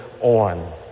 on